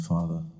Father